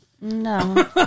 No